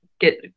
get